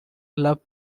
love